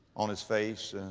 on his face,